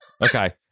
Okay